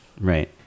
Right